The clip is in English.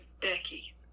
Becky